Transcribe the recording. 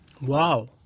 Wow